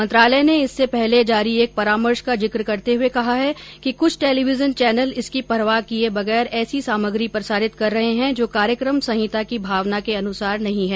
मंत्रालय ने इससे पहले जारी एक परामर्श का जिक्र करते हुए कहा है कि कुछ टेलीविजन चैनल इसकी परवाह किए बगैर ऐसी सामग्री प्रसारित कर रहे हैं जो कार्यक्रम संहिता की भावना के अनुसार नहीं है